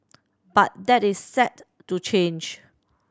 but that is set to change